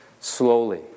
slowly